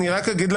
יש לו סמכות